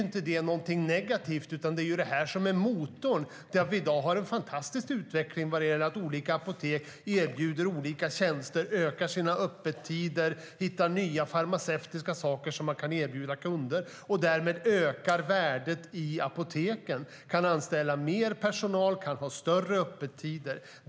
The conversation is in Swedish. Det är inte negativt, utan det är motorn i att vi i dag har en fantastisk utveckling där olika apotek erbjuder olika tjänster, ökar sina öppettider och hittar nya farmaceutiska produkter att erbjuda sina kunder. Därmed ökar de värdet i apoteken och kan anställa mer personal och, som sagt, öka öppettiderna.